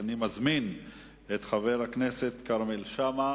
אני מזמין את חבר הכנסת כרמל שאמה.